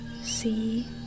See